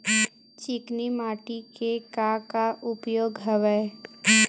चिकनी माटी के का का उपयोग हवय?